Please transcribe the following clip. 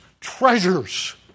treasures